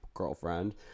girlfriend